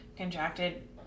contracted